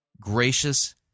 gracious